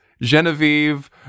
Genevieve